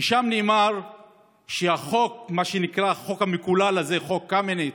ושם נאמר שהחוק המקולל הזה, חוק קמיניץ,